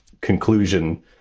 conclusion